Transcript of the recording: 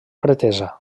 pretesa